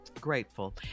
grateful